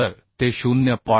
तर ते 0